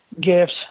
gifts